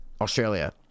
Australia